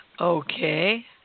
Okay